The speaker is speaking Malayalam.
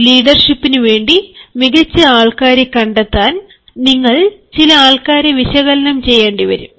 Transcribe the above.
ഒരു ലീഡര്ഷിപ്നു വേണ്ടി മികച്ച ആൾക്കാരെ കണ്ടെത്താൻ നിങ്ങൾ ചില ആൾക്കാരെ വിശകലനം ചെയ്യേണ്ടി വരും